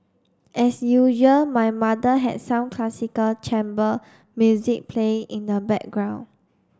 as usual my mother had some classical chamber music playing in the background